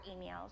emails